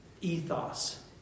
ethos